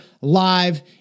Live